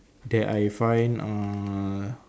that I find uh